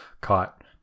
caught